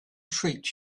treat